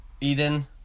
eden